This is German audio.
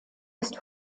ist